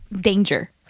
danger